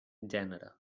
gènere